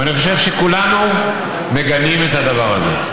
ואני חושב שכולנו מגנים את הדבר הזה.